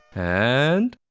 and.